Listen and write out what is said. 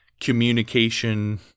communication